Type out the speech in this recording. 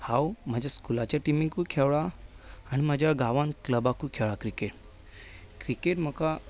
हांव म्हज्या स्कुलाचे टिमीकूय खेळ्ळां आनी म्हज्या गांवांत क्लबाकूय खेळ्ळां क्रिकेट क्रिकेट म्हाका